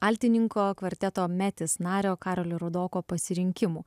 altininko kvarteto metis nario karolio rudoko pasirinkimų